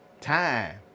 Time